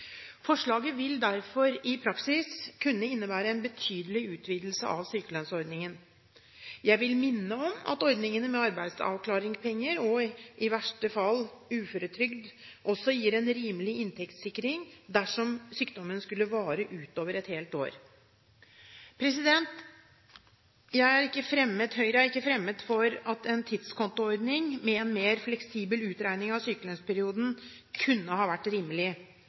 Forslaget vil derfor i praksis kunne innebære en betydelig utvidelse av sykelønnsordningen. Jeg vil minne om at ordningene med arbeidsavklaringspenger, og i verste fall uføretrygd, også gir en rimelig inntektssikring dersom sykdommen skulle vare utover et helt år. Høyre er ikke fremmed for at en tidskontoordning, med en mer fleksibel utregning av sykelønnsperioden, kunne ha vært rimelig.